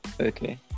okay